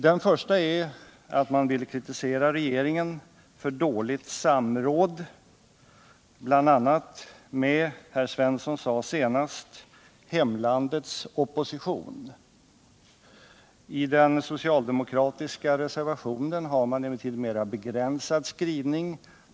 Den första är att man vill kritisera regeringen för dåligt samråd, bl.a. med, som Olle Svensson sade senast, hemlandets opposition. I den socialdemokratiska reservationen har man emellertid en mera begränsad skrivning.